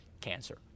cancer